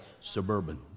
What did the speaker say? suburban